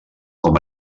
com